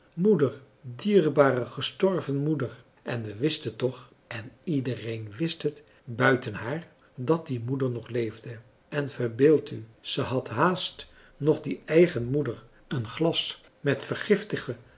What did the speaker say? moeder dierbare gestorven moeder en we wisten toch en iedereen wist het buiten haar dat die moeder nog leefde en verbeeld u ze had haast nog die eigen moeder een glas met vergiftige